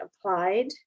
applied